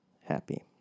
happy